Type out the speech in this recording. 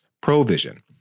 ProVision